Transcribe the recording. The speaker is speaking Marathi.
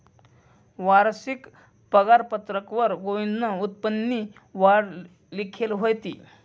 वारशिक पगारपत्रकवर गोविंदनं उत्पन्ननी वाढ लिखेल व्हती